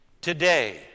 Today